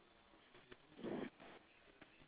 the left guy wearing blue and black right